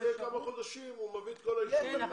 ואחרי כמה חודשים הוא מביא את כל האישורים.